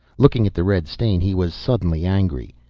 looking at the red stain he was suddenly angry.